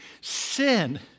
sin